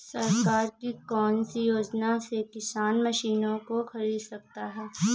सरकार की कौन सी योजना से किसान मशीनों को खरीद सकता है?